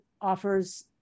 offers